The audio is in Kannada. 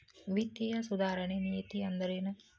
ವಿತ್ತೇಯ ಸುಧಾರಣೆ ನೇತಿ ಅಂದ್ರೆನ್